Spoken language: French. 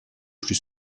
plus